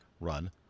Run